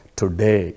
today